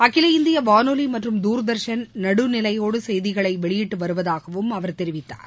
அகில இந்திய வானொலி மற்றும் தூர்தர்ஷன் நடுநிலையோடு செய்திகளை வெளியிட்டு வருவதாகவும் அவர் தெரிவித்தார்